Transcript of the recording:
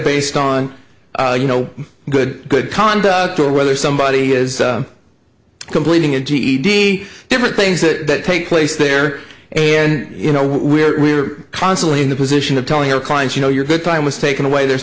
based on you know good good conduct or whether somebody is completing a ged different things that take place there and you know we are constantly in the position of telling our clients you know your good time was taken away there's